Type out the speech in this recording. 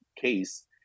case